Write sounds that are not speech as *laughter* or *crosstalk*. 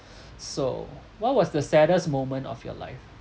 *breath* so what was the saddest moment of your life